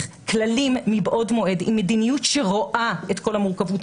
כללים מבעוד מועד עם מדיניות שרואה את כל המורכבות